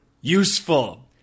Useful